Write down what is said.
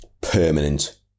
permanent